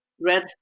red